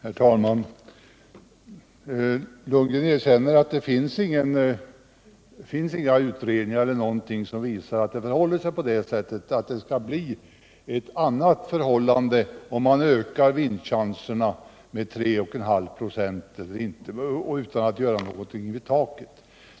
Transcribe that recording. Herr talman! Bo Lundgren erkänner att det inte finns någon utredning eller något annat som visar att det blir ett annat förhållande om man ökar vinstchanserna med 3,5 96 utan att göra någonting vid taket.